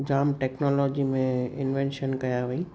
जाम technology में invention कया हुई